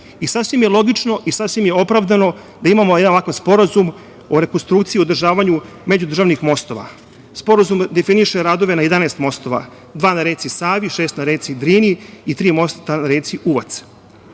i sebi. Sasvim je logično i sasvim je opravdano da imamo jedan ovakav Sporazum o rekonstrukciji i održavanju međudržavnih mostova. Sporazum definiše radove na 11 mostova, dva na reci Savi, šest na reci Drini i tri mosta na reci Uvac. Pored